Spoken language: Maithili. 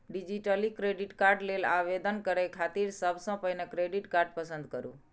डिजिटली क्रेडिट कार्ड लेल आवेदन करै खातिर सबसं पहिने क्रेडिट कार्ड पसंद करू